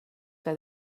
que